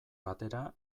batera